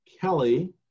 Kelly